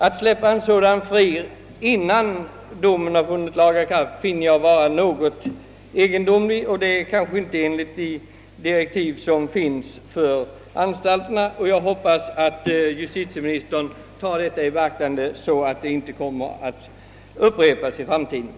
Att släppa en sådan person fri, innan domen vunnit laga kraft, finner jag något egendomligt och kanske inte i enlighet med de direktiv som utfärdats för anstalterna. Jag hoppas att justitieministern tar detta i beaktande, så att ett upprepande inte sker.